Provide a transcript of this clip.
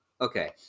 Okay